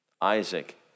Isaac